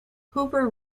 hooper